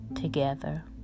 together